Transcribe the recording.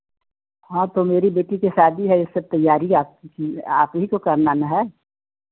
हाँ तो मेरी बेटी की शादी है यह सब तैयारी आपकी आप ही को करना ना है